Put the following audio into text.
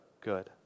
good